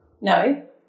No